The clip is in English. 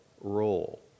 role